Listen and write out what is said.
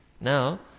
Now